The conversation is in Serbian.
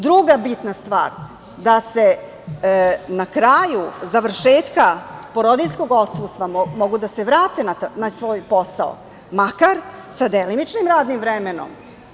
Druga bitna stvar je da se na kraju završetka porodiljskog odsustva mogu da vrate na svoj posao, makar sa delimičnim radnim vremenom.